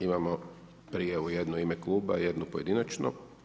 Imamo prijavu jednu u ime kluba i jednu pojedinačno.